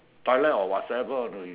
toilet or whatsoever you know you